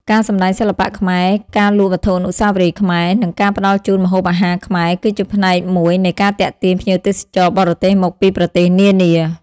ការសម្ដែងសិល្បៈខ្មែរ ការលក់វត្ថុអនុស្សាវរីយ៍ខ្មែរ និងការផ្តល់ជូនម្ហូបអាហារខ្មែរ គឺជាផ្នែកមួយនៃការទាក់ទាញភ្ញៀវទេសចរបរទេសមកពីប្រទេសនានា។